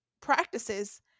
practices